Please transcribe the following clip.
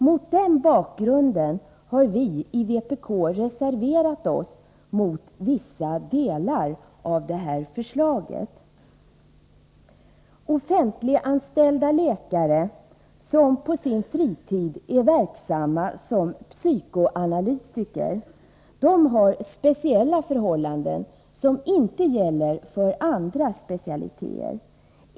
Mot den bakgrunden har vi i vpk reserverat oss mot vissa delar av detta förslag. Offentliganställda läkare som på sin fritid är verksamma såsom psykoanalytiker har speciella förhållanden, som inte gäller för andra specialiteter.